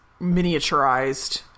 miniaturized